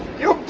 yo